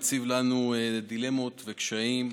שמציבה בפנינו דילמות וקשיים.